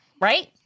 right